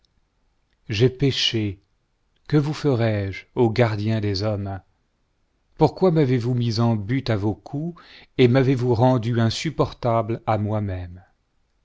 j'ai péché que vous erai-je ô gardien des hommes pourquoi m'avez-vous mis en butte à vos coups et m'avez ou rendu insupportable à moi-même